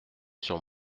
sur